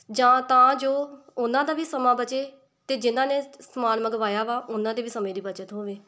ਜਾਂ ਤਾਂ ਜੋ ਉਹਨਾਂ ਦਾ ਵੀ ਸਮਾਂ ਬਚੇ ਅਤੇ ਜਿਨ੍ਹਾਂ ਨੇ ਸਮਾਨ ਮੰਗਵਾਇਆ ਵਾ ਉਹਨਾਂ ਦੇ ਵੀ ਸਮੇਂ ਦੀ ਬਚਤ ਹੋਵੇ